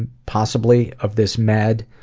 and possibly, of this med,